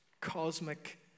cosmic